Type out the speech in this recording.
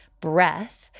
breath